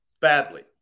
badly